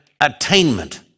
attainment